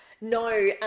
No